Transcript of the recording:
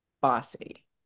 bossy